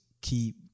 keep